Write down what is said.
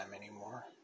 anymore